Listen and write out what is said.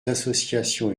associations